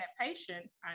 patience